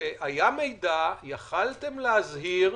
שהיה מידע, יכולתם להזהיר,